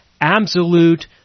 absolute